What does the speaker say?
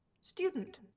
student